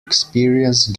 experience